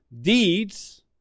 deeds